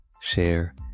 share